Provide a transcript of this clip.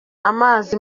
amazi